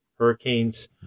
hurricanes